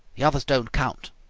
the others don't count.